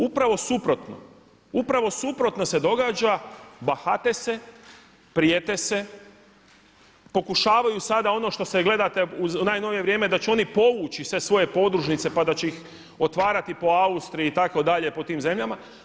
Upravo suprotno, upravo suprotno se događa, bahate se, prijete se, pokušavaju sada ono što gledate u najnovije vrijeme da će oni povući sve svoje podružnice pa da će ih otvarati po Austriji itd., po tim zemljama.